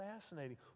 fascinating